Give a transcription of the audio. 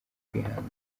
kwihangana